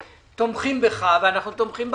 תומכים בך ואנחנו תומכים ברשות.